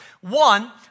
One